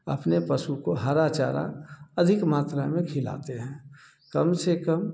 अपने पशु को हरा चारा अधिक मात्रा में खिलाते हैं कम से कम